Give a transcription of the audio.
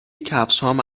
کفشهام